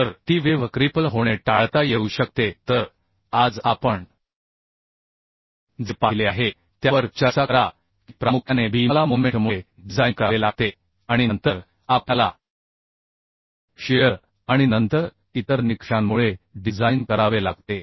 तर ती wave cripple होणे टाळता येऊ शकते तर आज आपण जे पाहिले आहे त्यावर चर्चा करा की प्रामुख्याने बीमला मोमेंटमुळे डिझाइन करावे लागते आणि नंतर आपल्याला शिअर आणि नंतर इतर निकषांमुळे डिझाइन करावे लागते